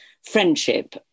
friendship